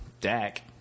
Dak